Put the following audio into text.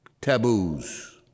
taboos